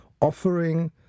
offering